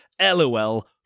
LOL